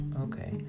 Okay